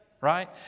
right